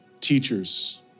teachers